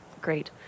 great